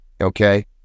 okay